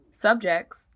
Subjects